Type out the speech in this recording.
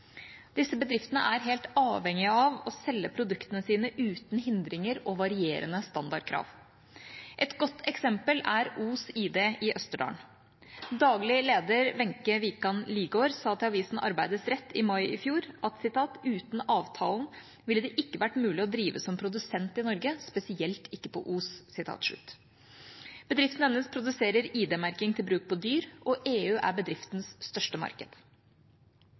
Disse bedriftene er helt avhengige av å selge produktene sine uten hindringer og varierende standardkrav. Et godt eksempel er Os ID i Østerdalen. Daglig leder, Wenche Wikan Ligård, sa til avisa Arbeidets Rett i mai i fjor: «Uten avtalen ville det ikke vært mulig å drive som produsent i Norge, spesielt ikke på Os.» Bedriften hennes produserer ID-merking til bruk på dyr, og EU er bedriftens største marked.